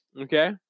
Okay